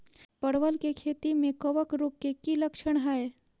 परवल केँ खेती मे कवक रोग केँ की लक्षण हाय?